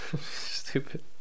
Stupid